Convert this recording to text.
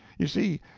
you see,